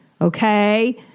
Okay